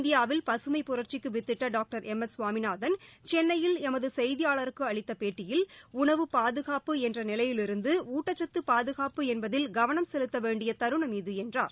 இந்தியாவில் பகமைப் புரட்சிக்கு வித்திட்ட டாக்டர் எம் எஸ் கவாமிநாதன் சென்னையில் எமது செய்தியாளருக்கு அளித்த பேட்டியில் உணவு பாதுகாப்பு என்ற நிலையிலிருந்து ஊட்டக்சத்து பாதுகாப்பு என்பதில் கவனம் செலுத்த வேண்டிய தருணம் இது என்றார்